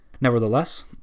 Nevertheless